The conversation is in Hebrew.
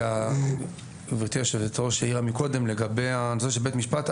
גברתי היושבת-ראש העירה קודם לגבי בית משפט.